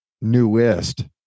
newest